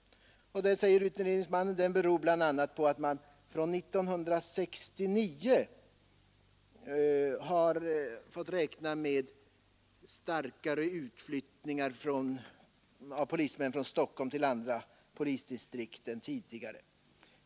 Tisdagen den Utredningsmannen säger att denna bristsituation bl.a. beror på att man 28 november 1972 från 1969 har fått vidkännas en starkare utflyttning av polismän från Stockholm till andra polisdistrikt än tidigare.